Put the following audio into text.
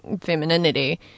femininity